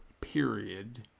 period